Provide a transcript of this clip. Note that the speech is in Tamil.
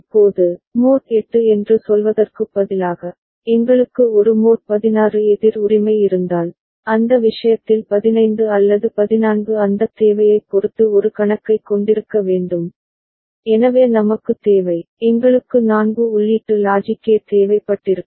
இப்போது மோட் 8 என்று சொல்வதற்குப் பதிலாக எங்களுக்கு ஒரு மோட் 16 எதிர் உரிமை இருந்தால் அந்த விஷயத்தில் 15 அல்லது 14 அந்தத் தேவையைப் பொறுத்து ஒரு கணக்கைக் கொண்டிருக்க வேண்டும் எனவே நமக்குத் தேவை எங்களுக்கு நான்கு உள்ளீட்டு லாஜிக் கேட் தேவைப்பட்டிருக்கும்